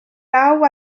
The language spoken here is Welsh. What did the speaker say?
law